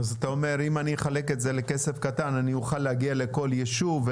אז אתה אומר: "אם אני אחלק את זה לכסף קטן אני אוכל להגיע לכל יישוב,